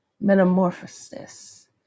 metamorphosis